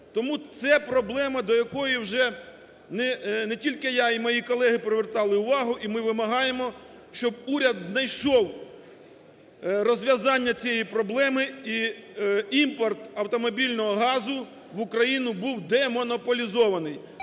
Тому це проблема, до якої вже не тільки я і мої колеги привертали увагу. І ми вимагаємо, щоб уряд знайшов розв'язання цієї проблеми, і імпорт автомобільного газу в Україну був демонополізований.